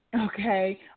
okay